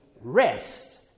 rest